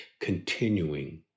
continuing